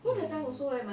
mm